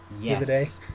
Yes